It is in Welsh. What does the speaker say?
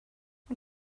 mae